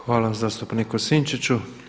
Hvala zastupniku Sinčiću.